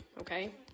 okay